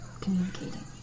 communicating